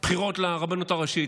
הבחירות לרבנות הראשית.